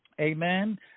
Amen